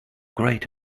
great